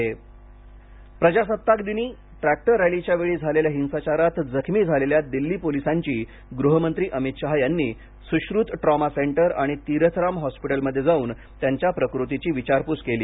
शहा प्रजासत्ताक दिनी टूॅक्टर रॅलीच्या वेळी झालेल्या हिंसाचारात जखमी झालेल्या दिल्ली पोलिसांची गृहमंत्री अमित शहा यांनी सुश्रुत ट्रॉमा सेंटर आणि तीरथराम हॉस्पिटलमध्ये जाऊन जखमी पोलिसांच्या प्रकृतीची विचारपूस केली